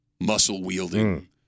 muscle-wielding